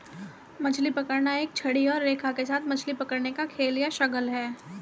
मछली पकड़ना एक छड़ी और रेखा के साथ मछली पकड़ने का खेल या शगल है